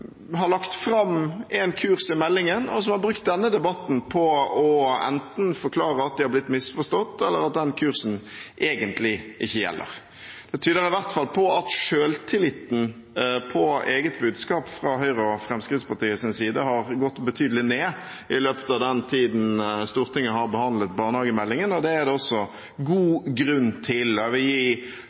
har lagt fram en kurs i meldingen, og som har brukt denne debatten til enten å forklare at de har blitt misforstått, eller at den kursen egentlig ikke gjelder. Det tyder i hvert fall på at selvtilliten med hensyn til eget budskap, fra Høyre og Fremskrittspartiets side, har gått betydelig ned i løpet av den tiden Stortinget har behandlet barnehagemeldingen, og det er det også god grunn til.